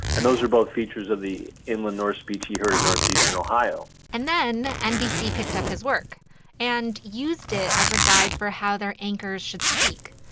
and those are both features of the inland north speech he heard in northeastern ohio and then, nbc picked up his work and used it as a guide for how their anchors should speak.